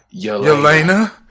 Yelena